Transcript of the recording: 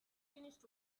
finished